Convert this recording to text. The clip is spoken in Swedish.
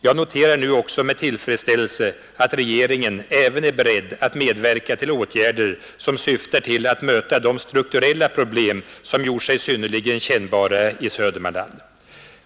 Jag noterar nu också med tillfredsställelse att regeringen även är beredd att medverka till åtgärder som syftar till att möta de strukturella problem som gjort sig synnerligen kännbara i Södermanland.